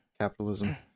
Capitalism